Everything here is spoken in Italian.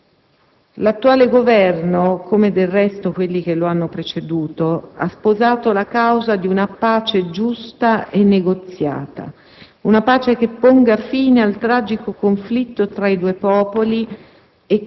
L'attuale Governo, come, del resto, quelli che lo hanno preceduto, ha sposato la causa di una pace giusta e negoziata, che ponga fine al tragico conflitto tra i due popoli